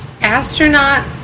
Astronaut